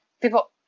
people